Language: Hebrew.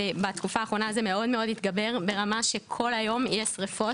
בתקופה האחרונה זה מאוד התגבר ברמה שכל היום יש שרפות.